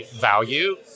value